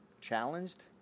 challenged